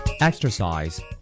Exercise